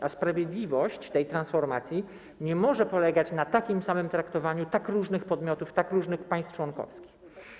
A sprawiedliwość tej transformacji nie może polegać na takim samym traktowaniu tak różnych podmiotów, tak różnych państw członkowskich.